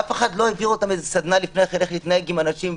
ואף אחד לא העביר אותם איזו סדנה לפני כן איך להתנהג עם אנשים,